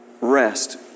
rest